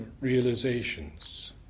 realizations